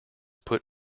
put